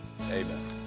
amen